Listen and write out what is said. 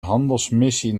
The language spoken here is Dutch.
handelsmissie